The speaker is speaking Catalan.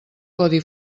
codi